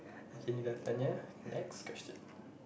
okay ni dah tanya next question